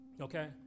okay